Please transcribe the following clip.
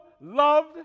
loved